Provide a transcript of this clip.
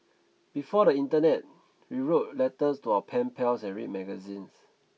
before the internet we wrote letters to our pen pals and read magazines